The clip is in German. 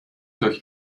durch